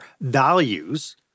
values